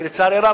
כי לצערי הרב,